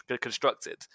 constructed